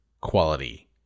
quality